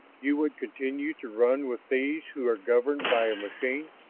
you would continue to run with these who are governed by a machine?